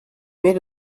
made